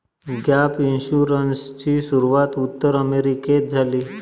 gap इन्शुरन्सची सुरूवात उत्तर अमेरिकेत झाली